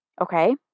Okay